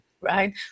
right